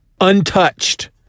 untouched